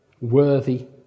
worthy